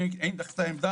אני אגיד לך את העמדה,